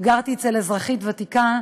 גרתי אצל אזרחית ותיקה,